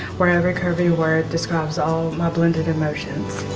where every curving word describes all of my blended emotions.